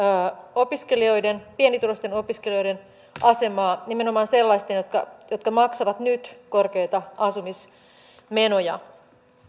opiskelijoiden pienituloisten opiskelijoiden asemaa nimenomaan sellaisten jotka maksavat nyt korkeita asumismenoja